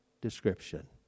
description